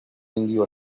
indio